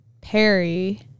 Perry